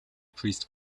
priest